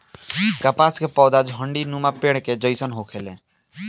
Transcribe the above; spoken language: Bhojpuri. कपास के पौधा झण्डीनुमा पेड़ के जइसन होखेला